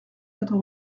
quatre